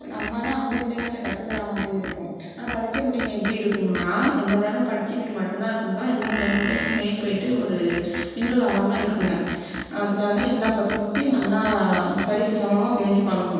நம்ம தான் அந்த பிள்ளைங்கள்ட்ட கற்றுக்குறா மாதிரி இருக்கும் ஆனால் படித்த பிள்ளைங்க எப்படி இருக்கும்ங்கன்னா எந்த நேரமும் படித்துக்கிட்டு மட்டும்தான் இருக்கும்ங்க எந்த பிள்ளைங்கள்ட்டயுமே போய்ட்டு ஒரு மிங்கில் ஆகாமல் இருக்கும்ங்க அதனால எல்லா பசங்கள்ட்டேயும் நல்லா சரிக்கு சமமாக பேசி பழகணும்